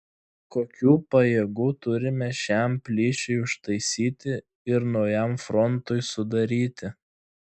kokių pajėgų turime šiam plyšiui užtaisyti ir naujam frontui sudaryti